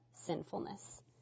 sinfulness